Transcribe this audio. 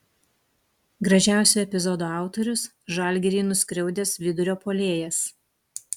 gražiausio epizodo autorius žalgirį nuskriaudęs vidurio puolėjas